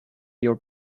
your